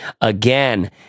again